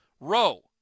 row